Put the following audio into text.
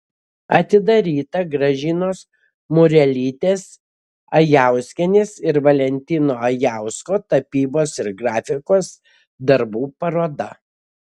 atidaryta gražinos murelytės ajauskienės ir valentino ajausko tapybos ir grafikos darbų paroda